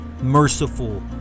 merciful